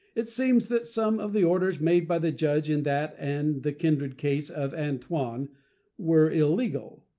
it seems that some of the orders made by the judge in that and the kindred case of antoine were illegal.